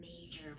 major